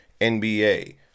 NBA